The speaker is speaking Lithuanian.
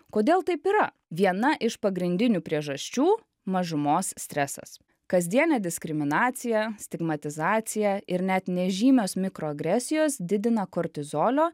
kodėl taip yra viena iš pagrindinių priežasčių mažumos stresas kasdienė diskriminacija stigmatizacija ir net nežymios mikro agresijos didina kortizolio